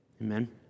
Amen